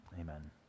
Amen